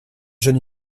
jeunes